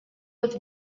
with